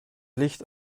licht